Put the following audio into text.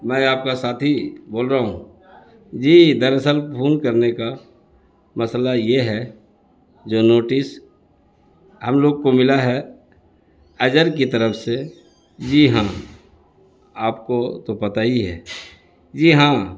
میں آپ کا ساتھی بول رہا ہوں جی در اصل فون کرنے کا مسئلہ یہ ہے جو نوٹس ہم لوگ کو ملا ہے اجر کی طرف سے جی ہاں آپ کو تو پتہ ہی ہے جی ہاں